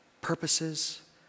purposes